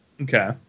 Okay